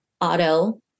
auto